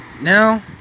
Now